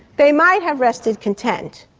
they might have rested content,